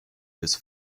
this